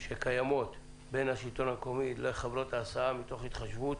שקיימות בין השלטון המקומי לחברות ההסעה מתוך התחשבות